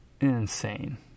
Insane